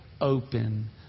open